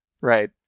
Right